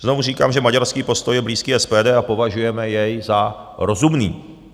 Znovu říkám, že maďarský postoj je blízký SPD a považujeme jej za rozumný.